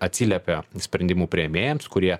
atsiliepia sprendimų priėmėjams kurie